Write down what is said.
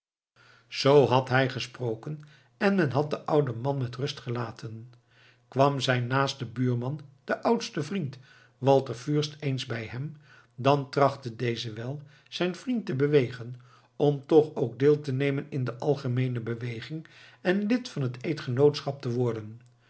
zoo had hij gesproken en men had den ouden man met rust gelaten kwam zijn naaste buurman en oudste vriend walter fürst eens bij hem dan trachtte deze wel zijn vriend te bewegen om toch ook deel te nemen in de algemeene beweging en lid van het eedgenootschap te worden